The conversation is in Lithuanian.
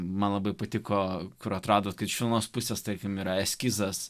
man labai patiko kur atradote krikščiūnas pusės tarkim yra eskizas